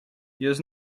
jest